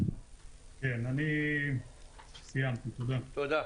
אני סיימתי, תודה.